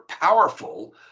powerful